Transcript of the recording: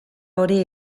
hori